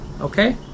okay